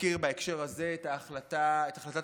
בהקשר זה חשוב להזכיר את החלטת הממשלה,